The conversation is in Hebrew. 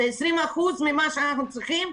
זה 20% ממה שאנחנו צריכים,